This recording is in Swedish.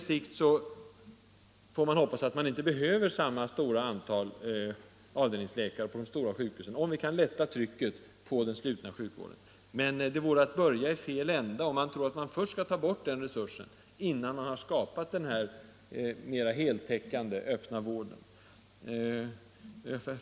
Om vi kan lätta trycket på den slutna sjukvården kommer vi på längre sikt, hoppas jag, inte att behöva samma stora antal avdelningsläkare vid de stora sjukhusen. Men att ta bort den resursen innan man har skapat den mer heltäckande öppna vården är att börja i fel ände.